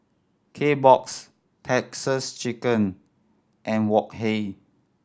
Kbox Texas Chicken and Wok Hey